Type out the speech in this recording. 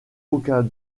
aucun